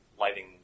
lighting